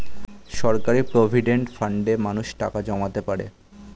সরকারি প্রভিডেন্ট ফান্ডে মানুষ টাকা জমাতে পারে